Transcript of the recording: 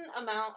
amount